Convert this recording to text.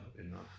enough